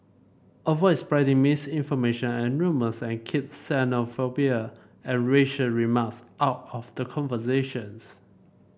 avoid spreading misinformation and rumours and keep xenophobia and racial remarks out of the conversations